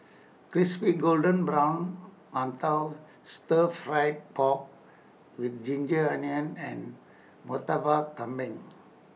Crispy Golden Brown mantou Stir Fried Pork with Ginger Onions and Murtabak Kambing